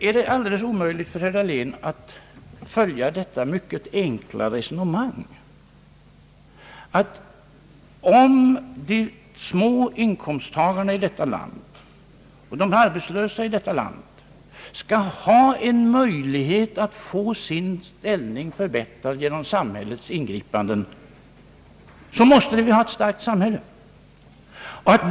Är det alldeles omöjligt för herr Dahlén att följa det mycket enkla resonemanget, att om de små inkomsttagarna och de arbetslösa i detta land skall ha en möjlighet att få sin ställning förbättrad genom samhällets ingripanden så måste vi ha ett starkt samhälle.